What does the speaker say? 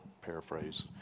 paraphrase